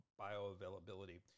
bioavailability